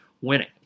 winning